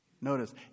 Notice